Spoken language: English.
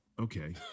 okay